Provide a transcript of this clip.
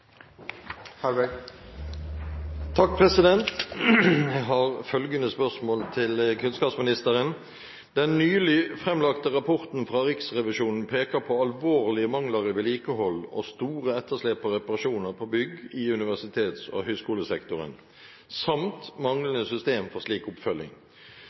har følgende spørsmål til kunnskapsministeren: «Den nylig fremlagte rapporten fra Riksrevisjonen peker på alvorlige mangler i vedlikehold og store etterslep på reparasjoner på bygg i universitets- og høyskolesektoren, samt manglende system for slik oppfølging.